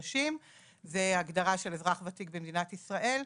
זו ההגדרה של אזרח ותיק במדינת ישראל.